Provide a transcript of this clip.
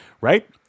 right